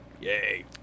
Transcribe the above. Yay